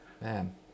Man